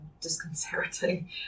disconcerting